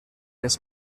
his